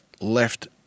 left